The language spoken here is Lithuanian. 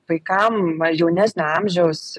vaikam na jaunesnio amžiaus